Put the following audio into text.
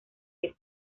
este